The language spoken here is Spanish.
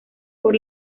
por